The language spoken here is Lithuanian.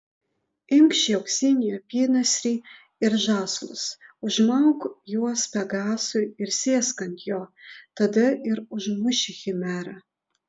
imk šį auksinį apynasrį ir žąslus užmauk juos pegasui ir sėsk ant jo tada ir užmuši chimerą